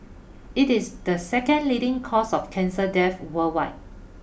it is the second leading cause of cancer death worldwide